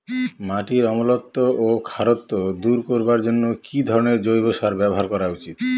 মাটির অম্লত্ব ও খারত্ব দূর করবার জন্য কি ধরণের জৈব সার ব্যাবহার করা উচিৎ?